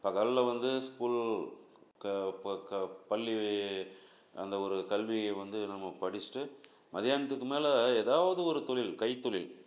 பகலில் வந்து ஸ்கூல் க இப்போ க பள்ளி அந்த ஒரு கல்வியை வந்து நம்ம படிச்சுட்டு மதியானத்துக்கு மேலே ஏதாவது ஒரு தொழில் கைத்தொழில்